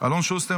אלון שוסטר,